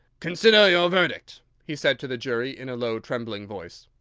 consider your verdict, he said to the jury, in a low trembling voice.